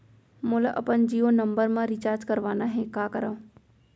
मोला अपन जियो नंबर म रिचार्ज करवाना हे, का करव?